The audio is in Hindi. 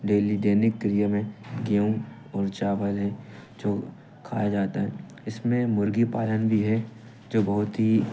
डेली दैनिक क्रिया में गेहूँ और चावल है जो खाया जाता है इसमें मुर्गी पालन भी है जो बहुत ही